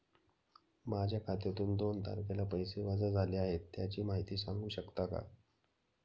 माझ्या खात्यातून दोन तारखेला पैसे वजा झाले आहेत त्याची माहिती सांगू शकता का?